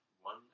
One